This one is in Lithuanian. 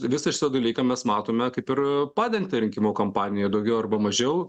visą šitą dalyką mes matome kaip ir padengtą rinkimų kampanijoj daugiau arba mažiau